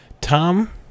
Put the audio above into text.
Tom